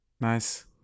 Nice